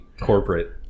corporate